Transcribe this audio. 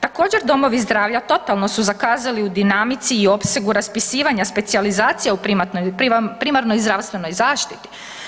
Također, domovi zdravlja totalno su zakazali u dinamici i opsegu raspisivanje specijalizacija u primarnoj zdravstvenoj zaštiti.